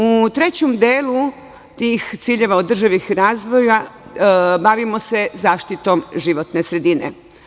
U trećem delu tih ciljeva održivih razvoja bavimo se zaštitom životne sredine.